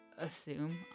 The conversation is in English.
assume